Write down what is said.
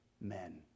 men